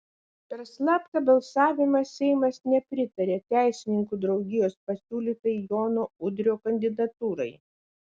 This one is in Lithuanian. per slaptą balsavimą seimas nepritarė teisininkų draugijos pasiūlytai jono udrio kandidatūrai